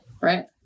right